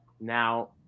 Now